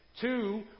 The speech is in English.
Two